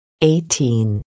Eighteen